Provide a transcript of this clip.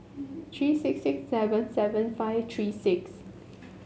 three six six seven seven five three six